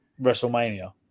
wrestlemania